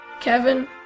Kevin